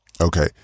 okay